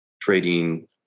trading